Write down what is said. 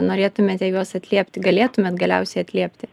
norėtumėte juos atliepti galėtumėt galiausiai atliepti